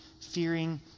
fearing